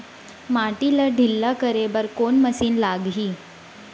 माटी ला ढिल्ला करे बर कोन मशीन लागही?